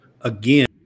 again